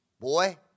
Boy